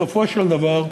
בסופו של דבר,